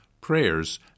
prayers